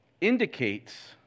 indicates